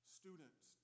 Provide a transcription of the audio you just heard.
students